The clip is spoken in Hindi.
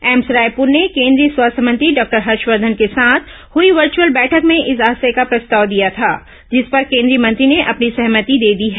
एम्स रायपूर ने केन्द्रीय स्वास्थ्य मंत्री डॉक्टर हर्षवर्धन के साथ हुई वर्चुअल बैठक में इस आशय का प्रस्ताव दिया था जिस पर केन्द्रीय मंत्री ने अपनी सहमति दे दी है